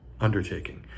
undertaking